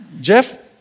Jeff